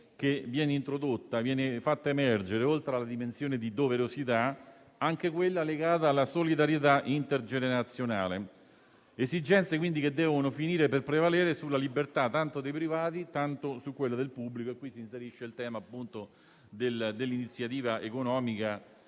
ha evidenziato che viene fatta emergere, oltre alla dimensione di doverosità, anche quella legata alla solidarietà intergenerazionale. Sono esigenze che devono finire per prevalere sulla libertà, tanto dei privati, quanto del pubblico. E qui si inserisce il tema dell'iniziativa economica,